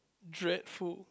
dreadful